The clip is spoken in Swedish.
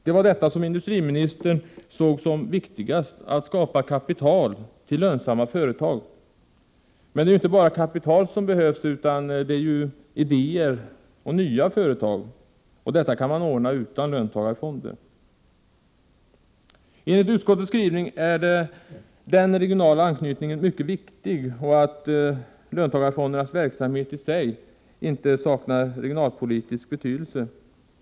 Det var detta industriministern ansåg som viktigast, att skapa kapital till lönsamma företag. Men det är ju inte bara kapital som behövs, utan idéer och nya företag, och detta kan man ordna utan löntagarfonder. Enligt utskottets skrivning är den regionala anknytningen mycket viktig och att löntagarfondernas verksamhet i sig inte saknar regionalpolitisk betydelse.